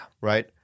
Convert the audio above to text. right